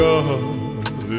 God